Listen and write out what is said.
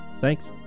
Thanks